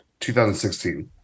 2016